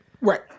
Right